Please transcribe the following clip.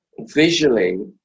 visually